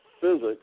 physics